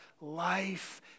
Life